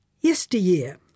yesteryear